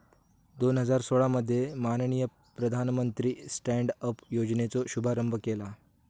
दोन हजार सोळा मध्ये माननीय प्रधानमंत्र्यानी स्टॅन्ड अप योजनेचो शुभारंभ केला